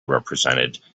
represented